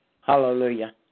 Hallelujah